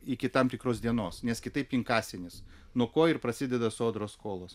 iki tam tikros dienos nes kitaip inkasinis nuo ko ir prasideda sodros skolos